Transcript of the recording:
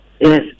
Yes